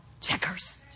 checkers